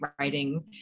writing